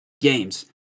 games